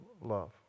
Love